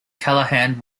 callahan